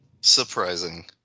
surprising